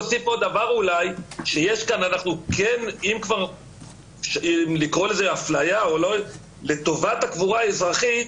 אם כבר לקרוא לזה אפליה אז לטובת הקבורה האזרחית.